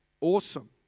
Awesome